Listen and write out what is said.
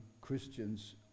Christians